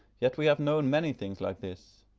yet we have known many things like this.